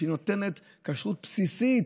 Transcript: בגלל שהיא נותנת כשרת בסיסית